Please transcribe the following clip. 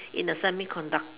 in the semi conductor